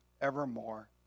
evermore